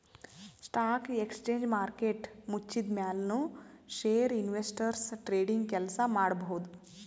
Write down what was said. stock exchange market ಮುಚ್ಚಿದ್ಮ್ಯಾಲ್ ನು share investors trading ಕೆಲ್ಸ ಮಾಡಬಹುದ್